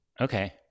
Okay